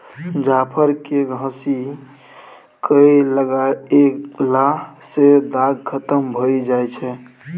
जाफर केँ घसि कय लगएला सँ दाग खतम भए जाई छै